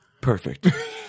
Perfect